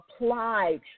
applied